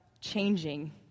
changing